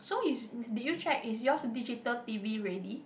so is did you check is yours digital T_V ready